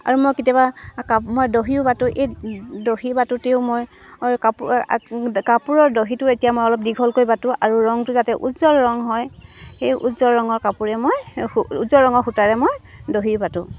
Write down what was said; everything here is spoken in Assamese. আৰু মই কেতিয়াবা মই দহিও বাটোঁ এই দহি বাটোঁতেও মই কাপো কাপোৰৰ দহিটো এতিয়া মই অলপ দীঘলকৈ বাচোঁ আৰু ৰংটো যাতে উজ্জ্বল ৰং হয় সেই উজ্জ্বল ৰঙৰ কাপোৰে মই উজ্জ্বল ৰঙৰ সূতাৰে মই দহিও বাটোঁ